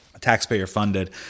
taxpayer-funded